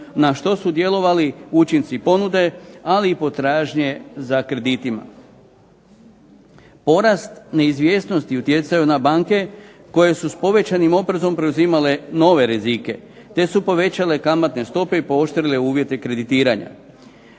na što su djelovali učinci ponude ali i potražnje za kreditima. Porast neizvjesnosti utjecaju na banke koje su s povećanim oprezom preuzimale nove rizike, te su povećale kamatne stope i pooštrile uvjete kreditiranja.